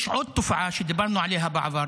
יש עוד תופעה שדיברנו עליה בעבר,